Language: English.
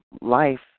life